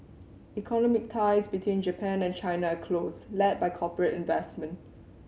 economic ties between Japan and China are close led by corporate investment